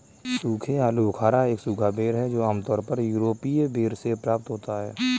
सूखे आलूबुखारा एक सूखा बेर है जो आमतौर पर यूरोपीय बेर से प्राप्त होता है